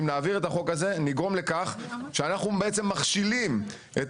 אם נעביר את החוק הזה נגרום לכך שאנחנו בעצם מכשילים את